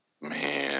Man